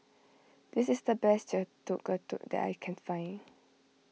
this is the best that I can find